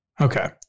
Okay